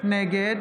נגד